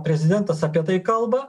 prezidentas apie tai kalba